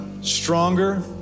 stronger